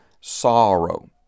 sorrow